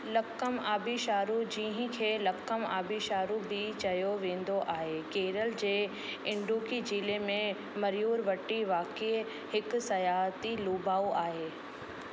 लक्कम आबिशारू जंहिंखे लक्कम आबिशारू बि चयो वेंदो आहे केरल जे इंडुक्की जिले में मयूर वटि वाकिए हिकु सयाइती लोभाउ आहे